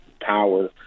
Power